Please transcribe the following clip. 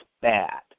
bad